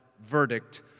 verdict